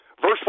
Verse